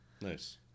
Nice